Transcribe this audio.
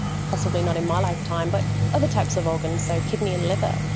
possibly not in my lifetime, but other types of organs, so kidney and liver,